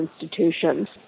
institutions